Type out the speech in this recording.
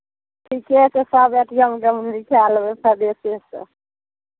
ठीके छै सभ ए टी एम गम कए लेबै परदेसेसँ